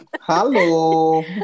Hello